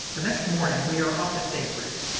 the next morning we are up at daybreak.